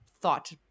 thought